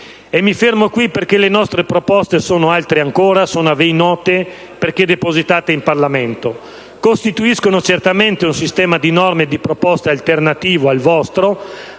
E mi fermo qui, perchè le nostre proposte sono altre ancora, sono a voi note, depositate in Parlamento. Costituiscono certamente un sistema di norme e di proposte alternativo al vostro,